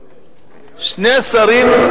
אני